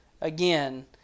again